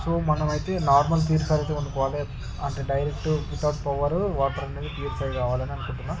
so మనమైతే normal purifier అయితే కొనుక్కోవాలి and direct without power water అనేది ప్యూరిఫై కావాలి అని అనుకుంటున్నా